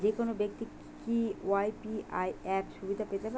যেকোনো ব্যাক্তি কি ইউ.পি.আই অ্যাপ সুবিধা পেতে পারে?